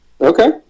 okay